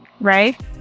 right